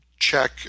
check